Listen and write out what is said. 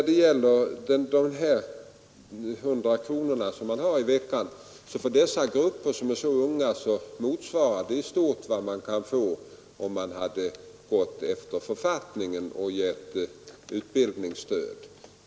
Detta stöd på 100 kronor motsvarar för dessa unga grupper i stort sett vad de skulle kunna få enligt författningen om utbildningsstöd.